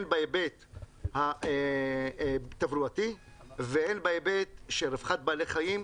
כן בהיבט התברואתי והן בהיבט של רווחת בעלי חיים,